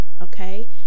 okay